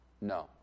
No